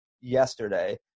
yesterday